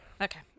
Okay